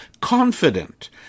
confident